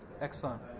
Excellent